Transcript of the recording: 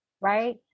Right